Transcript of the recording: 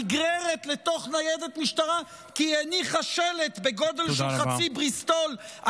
נגררת לתוך ניידת משטרה כי היא הניחה שלט בגודל של חצי בריסטול,